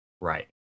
Right